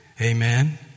Amen